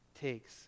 takes